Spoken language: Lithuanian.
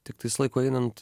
tiktais laikui einant